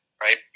right